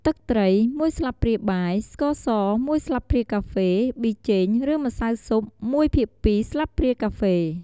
ទឹកត្រី១ស្លាបព្រាបាយ ស្ករស១ស្លាបព្រាកាហ្វេ ប៊ីចេង ឬម្សៅស៊ុប ១/២ ស្លាបព្រាកាហ្វេ